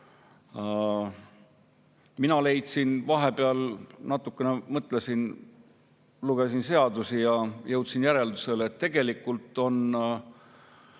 Mina leidsin – vahepeal natukene mõtlesin, lugesin seadusi – ja jõudsin järeldusele, et tegelikult oleme